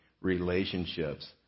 relationships